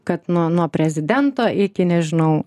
kad nuo nuo prezidento iki nežinau